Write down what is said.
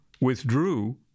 withdrew